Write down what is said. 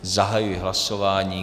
Zahajuji hlasování.